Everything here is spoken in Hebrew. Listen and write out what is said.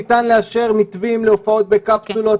ניתן לאשר מתווים להופעות בקפסולות,